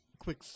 quick